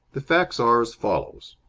the facts are as follows.